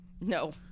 No